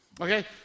Okay